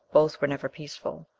both were never peaceful.